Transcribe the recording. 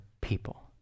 people